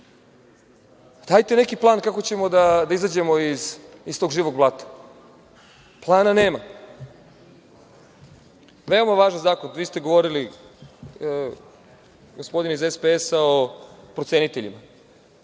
Dajte neki plan kako ćemo da izađemo iz tog živog blata. Plana nema. Veoma važan zakon. Vi ste govorili, gospodine iz SPS, o proceniteljima.